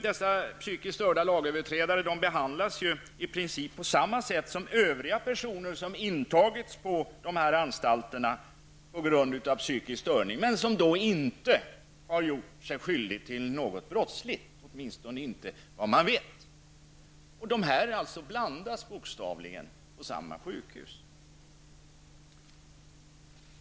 De psykiskt störda lagöverträdarna behandlas i princip på samma sätt som övriga personer som intagits på anstalterna på grund av psykisk störning. De har inte gjort sig skyldiga till något brottsligt, åtminstone inte vad man vet. Dessa olika grupper av intagna blandas bokstavligen på samma sjukhus.